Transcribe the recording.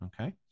Okay